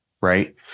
right